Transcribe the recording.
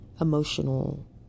emotional